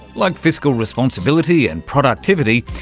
like fiscal responsibility and productivity,